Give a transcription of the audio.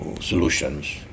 solutions